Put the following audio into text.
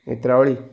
Netravali